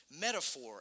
Metaphor